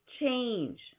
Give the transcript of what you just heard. change